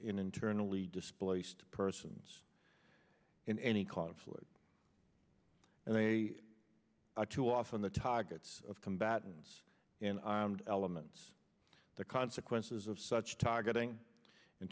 internally displaced persons in any conflict and they are too often the targets of combatants and i and elements the consequences of such targeting in